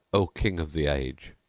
o king of the age,